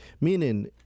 Meaning